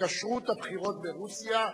לגבי כשרות הבחירות ברוסיה.